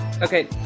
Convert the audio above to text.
okay